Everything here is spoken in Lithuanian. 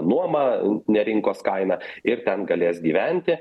nuomą ne rinkos kaina ir ten galės gyventi